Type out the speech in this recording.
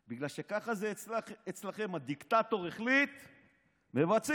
בגלל שככה זה אצלכם: הדיקטטור החליט, מבצעים.